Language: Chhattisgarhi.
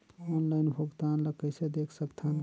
ऑनलाइन भुगतान ल कइसे देख सकथन?